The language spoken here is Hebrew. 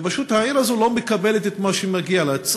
ופשוט העיר הזו לא מקבלת את מה שמגיע לה,